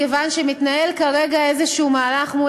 מכיוון שמתנהל כרגע מהלך כלשהו מול